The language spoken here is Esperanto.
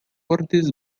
portis